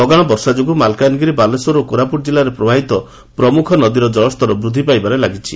ଲଗାଣ ବର୍ଷା ଯୋଗୁଁ ମାଲକାନଗିରି ବାଲେଶ୍ୱର ଏବଂ କୋରାପୁଟ ଜିଲ୍ଲାରେ ପ୍ରବାହିତ ପ୍ରମୁଖ ନଦୀର ଜଳ୍ପଷ୍ତର ବୃଦ୍ଧି ପାଇବାରେ ଲାଗିଛି